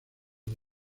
del